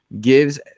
gives